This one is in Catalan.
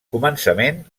començament